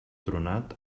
tronat